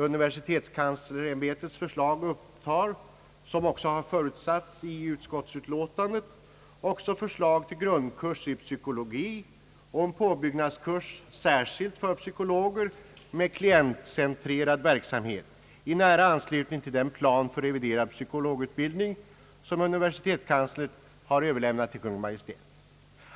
Universitetskanslersämbetets förslag upptar, som också har förutsatts i utskottsutlåtandet, förslag till grundkurs i psykologi och en påbyggnadskurs särskilt för psykologer med klientcentrerad verksamhet i nära anslutning till den plan för reviderad psykologutbildning som universitetskanslern har överlämnat till Kungl. Maj:t.